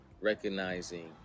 recognizing